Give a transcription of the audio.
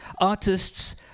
Artists